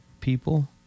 people